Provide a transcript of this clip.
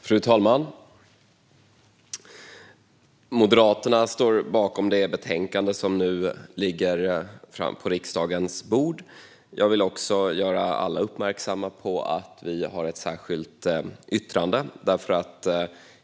Fru talman! Moderaterna står bakom det betänkande som nu ligger på riksdagens bord. Jag vill också göra alla uppmärksamma på att vi har ett särskilt yttrande i ärendet.